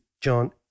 John